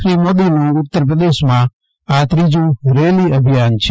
શ્રી મોદીનું ઉત્તરપ્રદેશમાં આ ત્રીજુ રેલી અભિયાન છે